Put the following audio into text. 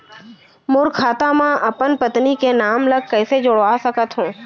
मोर खाता म अपन पत्नी के नाम ल कैसे जुड़वा सकत हो?